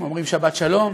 אומרים שבת שלום,